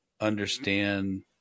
understand